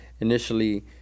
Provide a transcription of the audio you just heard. initially